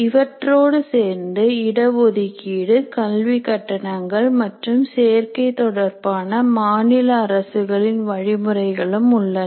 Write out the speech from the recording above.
இவற்றோடு சேர்ந்து இட ஒதுக்கீடு கல்வி கட்டணங்கள் மற்றும் சேர்க்கை தொடர்பான மாநில அரசுகளின் வழிமுறைகளும் உள்ளன